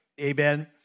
Amen